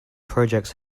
projects